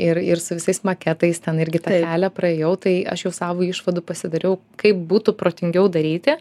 ir ir su visais maketais ten irgi tą kelią praėjau tai aš jau savo išvadų pasidariau kaip būtų protingiau daryti